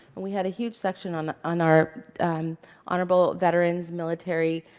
and we had a huge section on on our honorable veterans, military,